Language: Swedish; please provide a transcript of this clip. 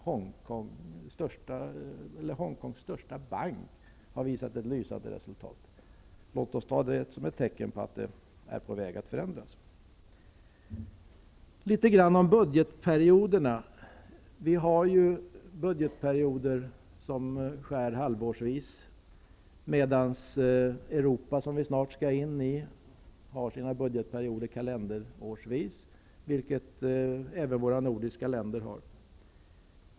Hong Kongs största bank har visat ett lysande resultat. Låt oss ta detta som ett tecken på att konjunkturen är på väg att förbättras. Litet om budgetperioderna. Vi har budgetperioder som skär halvårsvis, medan Europa, som vi snart skall in i, har sina budgetperioder kalendersårsvis. Det har även våra nordiska grannar.